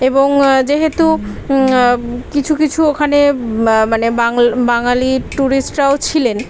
এবং যেহেতু কিছু কিছু ওখানে মানে বাংল বাঙালি টুরিস্টরাও ছিলেন